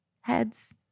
Heads